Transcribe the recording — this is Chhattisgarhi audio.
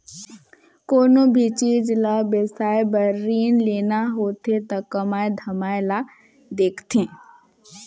कोनो भी चीच ल बिसाए बर रीन लेना होथे त कमई धमई ल देखथें